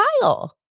Kyle